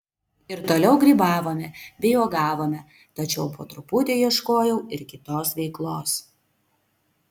ir toliau grybavome bei uogavome tačiau po truputį ieškojau ir kitos veiklos